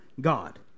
God